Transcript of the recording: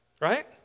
right